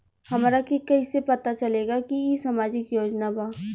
हमरा के कइसे पता चलेगा की इ सामाजिक योजना बा?